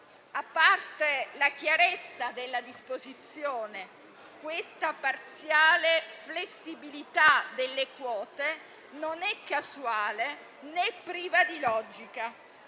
A parte la chiarezza della disposizione, questa parziale flessibilità delle quote non è casuale né priva di logica.